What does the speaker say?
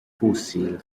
fossil